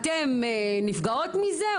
אתן נפגעות מזה?